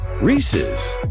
Reese's